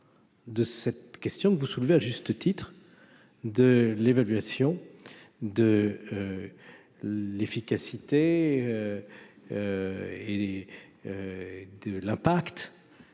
de cette question que vous soulevez à juste titre, de l'évaluation de l'efficacité et de l'impact,